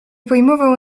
pojmował